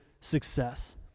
success